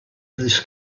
this